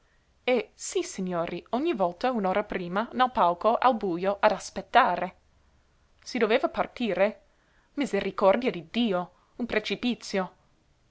levarselo e sissignori ogni volta un'ora prima nel palco al bujo ad aspettare si doveva partire misericordia di dio un precipizio